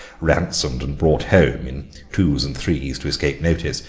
ransomed, and brought home, in twos and threes to escape notice,